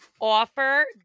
Offer